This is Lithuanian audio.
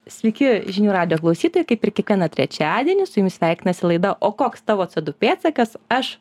sveiki žinių radijo klausytojai kaip ir kiekvieną trečiadienį su jumis sveikinasi laida o koks tavo c du pėdsakas aš